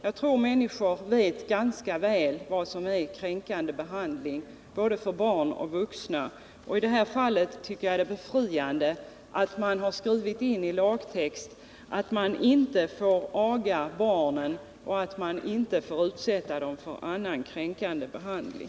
Jag tror att människor ganska väl vet vad som är kränkande behandling både för barn och vuxna. Därför tycker jag att det är befriande att man har skrivit in i lagtexten att man inte får aga barnen och inte får utsätta dem för annan kränkande behandling.